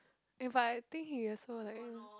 if I think he is also like